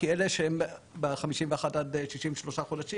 כי אלה שב- 51 עד 63 חודשים